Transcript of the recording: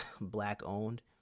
Black-owned